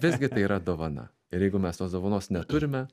visgi tai yra dovana ir jeigu mes tos dovanos neturime